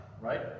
right